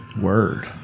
Word